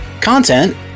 Content